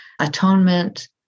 atonement